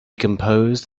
composed